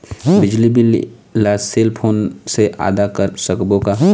बिजली बिल ला cell phone से आदा कर सकबो का?